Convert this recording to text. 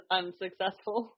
unsuccessful